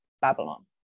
Babylon